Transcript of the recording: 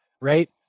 Right